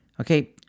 okay